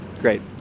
Great